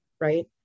right